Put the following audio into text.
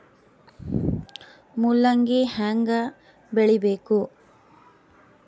ಮೂಲಂಗಿ ಹ್ಯಾಂಗ ಬೆಳಿಬೇಕು?